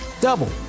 Double